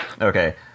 okay